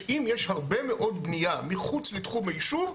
שאם יש הרבה מאוד בנייה מחוץ לתחום היישוב,